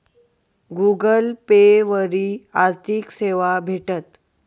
Google Pay वरी आर्थिक सेवा भेटस